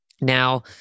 Now